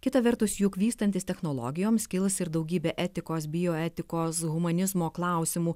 kita vertus juk vystantis technologijoms kils ir daugybė etikos bioetikos humanizmo klausimų